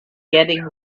getting